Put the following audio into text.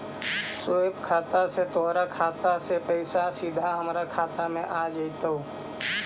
स्वीप खाता से तोर खाता से पइसा सीधा हमर खाता में आ जतउ